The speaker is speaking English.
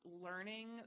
learning